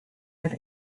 with